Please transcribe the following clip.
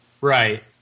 Right